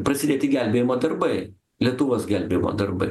prasidėti gelbėjimo darbai lietuvos gelbėjimo darbai